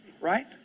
Right